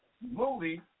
movie